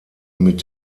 mit